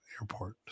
airport